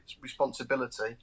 responsibility